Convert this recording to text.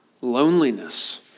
loneliness